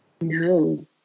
No